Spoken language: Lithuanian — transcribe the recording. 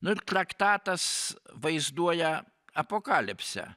nu ir traktatas vaizduoja apokalipsę